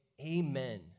amen